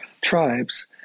tribes